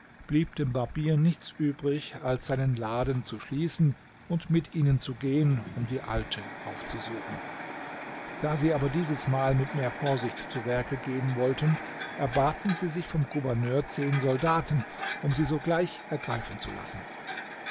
blieb dem barbier nichts übrig als seinen laden zu schließen und mit ihnen zu gehen um die alte aufzusuchen da sie aber dieses mal mit mehr vorsicht zu werke gehen wollten erbaten sie sich vom gouverneur zehn soldaten um sie sogleich ergreifen zu lassen